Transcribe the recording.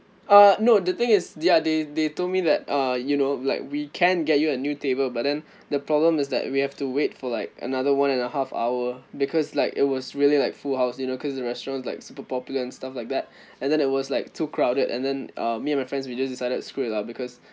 uh no the thing is they are they they told me that uh you know like we can get you a new table but then the problem is that we have to wait for like another one and a half hour because like it was really like full house you know cause the restaurants like super popular and stuff like that and then it was like too crowded and then uh me and my friends we just decided screwed it lah because